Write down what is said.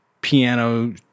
Piano